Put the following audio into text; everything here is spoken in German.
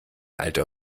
alter